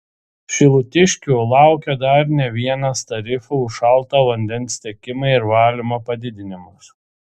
šilutiškių laukia dar ne vienas tarifų už šalto vandens tiekimą ir valymą padidinimas